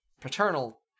paternal